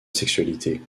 sexualité